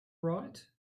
right